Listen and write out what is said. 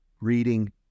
Reading